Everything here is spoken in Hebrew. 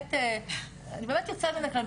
באמת יוצא מן הכלל.